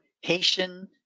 Haitian